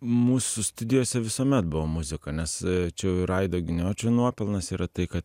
mūsų studijose visuomet buvo muzika nes čia jau ir aido giniočio nuopelnas yra tai kad